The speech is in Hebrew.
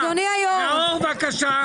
נאור, בבקשה.